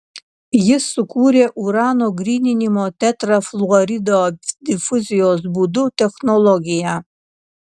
jis sukūrė urano gryninimo tetrafluorido difuzijos būdu technologiją